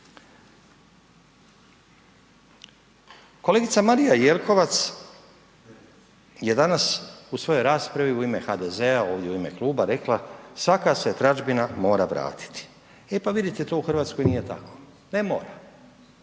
Kolegica Marija Jelkovac je danas u svoj raspravi, u ime HDZ-a ovdje u ime kluba rekla, svaka se tražbina mora vratiti, e pa vidite to u Hrvatskoj nije tako, ne mora,